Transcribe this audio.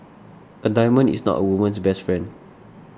a diamond is not a woman's best friend